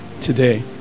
today